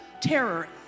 terror